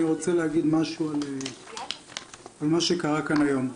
אני רוצה להגיד משהו על מה שקרה כאן היום.